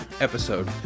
episode